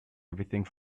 everything